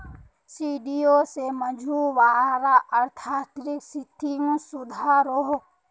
seaweed से मछुवारार अआर्थिक स्तिथि सुधरोह